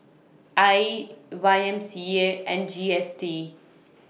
AYE Y M C A and G S T